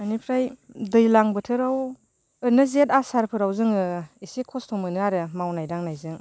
बेनिफ्राय दैज्लां बोथोराव ओरैनो जेत आसारफोराव जोङो एसे खस्थ' मोनो आरो मावनाय दांनायजों